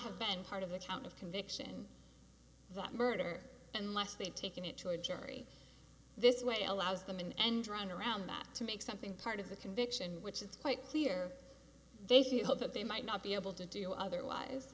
have been part of the town of conviction that murder unless they'd taken it to a jury this way allows them an end run around that to make something part of the conviction which it's quite clear they see hope that they might not be able to do otherwise